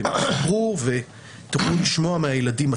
מה הם עברו ותוכלו לשמוע מהילדים עצמם.